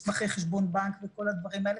מסמכי חשבון בנק וכל הדברים האלה,